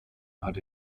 hat